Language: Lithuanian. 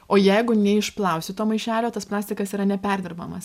o jeigu neišplausi to maišelio tas plastikas yra neperdirbamas